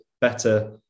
better